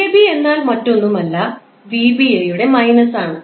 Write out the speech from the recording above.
𝑣𝑎𝑏 എന്നാൽ മറ്റൊന്നുമല്ല 𝑣𝑏𝑎 യുടെ മൈനസ് ആണ്